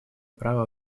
права